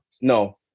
No